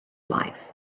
life